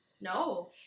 No